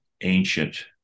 ancient